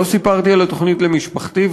לא סיפרתי על התוכנית למשפחתי,